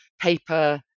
paper